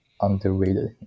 underrated